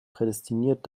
prädestiniert